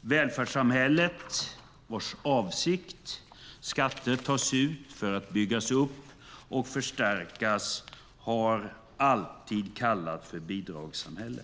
Välfärdssamhället för vilket skatter tas ut för att det ska byggas upp och förstärkas har alltid kallats för bidragssamhälle.